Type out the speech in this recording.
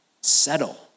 settle